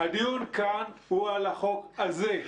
הדיון כאן הוא על החוק הזה.